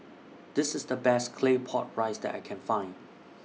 This IS The Best Claypot Rice that I Can Find